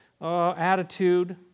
Attitude